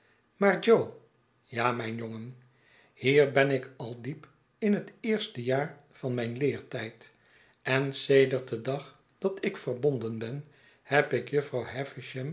maar jo ja mijn jongen hier ben ik al diep in het eerste jaar van mijn leertyd en sedert den dag dat ik verbonden ben heb ik jufvrouw